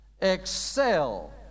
excel